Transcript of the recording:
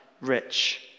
rich